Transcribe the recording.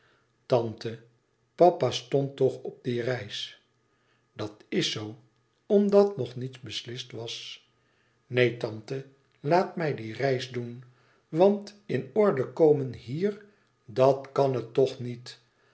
tante papa stond toch op die reis dat is zoo omdat nog niets beslist was neen tante laat mij die reis doen want in orde komen hier dat kan het toch niet